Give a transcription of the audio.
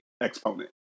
exponent